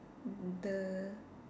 the